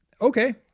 Okay